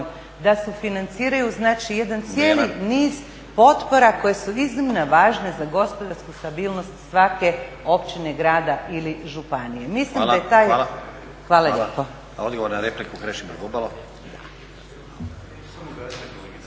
da sufinanciraju znači jedan cijeli niz potpora koje su iznimno važne za gospodarsku stabilnost svake općine, grada ili županije. Mislim da je taj … …/Upadica Stazić: Hvala.